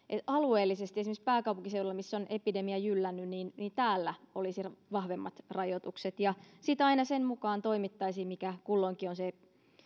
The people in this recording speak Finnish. alueellisesti esimerkiksi täällä pääkaupunkiseudulla missä on epidemia jyllännyt olisi vahvemmat rajoitukset ja sitten aina sen mukaan toimittaisiin mikä kulloinkin on se